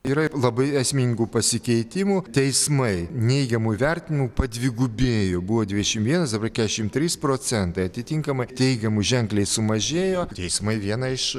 yra labai esmingų pasikeitimų teismai neigiamų įvertinimų padvigubėjo buvo dvidešim vienas dabar keturiasdešimt trys procentai atitinkamai teigiamų ženkliai sumažėjo teismai viena iš